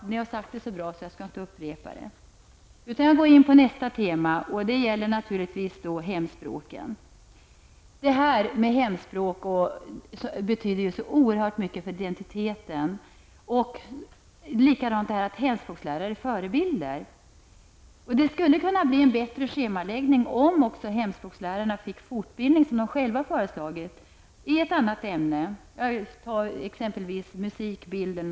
De har sagt det så bra. Jag skall därför inte upprepa det. Jag går i stället in på nästa tema. Det gäller naturligtvis hemspråken. Hemspråk betyder oerhört mycket för identiteten. Hemspråkslärare är också förebilder. Det skulle kunna bli en bättre schemaläggning om också hemspråkslärarna fick -- som de själva föreslagit -- fortbildning i ett annat ämne, t.ex. musik, bild etc.